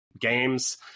games